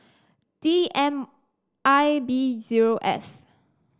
D M I B zero F